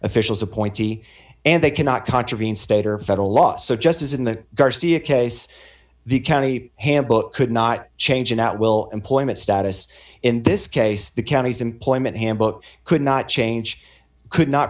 officials appointee and they cannot contravene state or federal law so just as in the garcia case the county handbook could not change an at will employment status in this case the counties employment hambo could not change could not